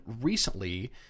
recently